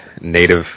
native